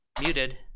Muted